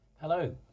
Hello